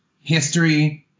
history